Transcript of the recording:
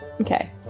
okay